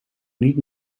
niet